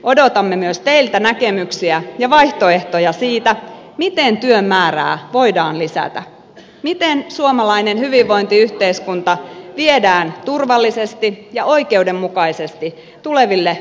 odotamme myös teiltä näkemyksiä ja vaihtoehtoja siitä miten työn määrää voidaan lisätä miten suomalainen hyvinvointiyhteiskunta viedään turvallisesti ja oikeudenmukaisesti tuleville vuosikymmenille